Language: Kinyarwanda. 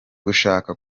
gushaka